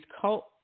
cult